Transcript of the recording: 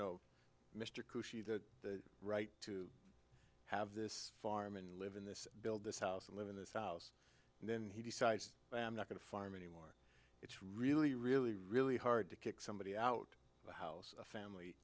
know the the right to have this farm and live in this build this house and live in this house and then he decides bam not going to farm anymore it's really really really hard to kick somebody out of the house a family